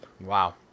Wow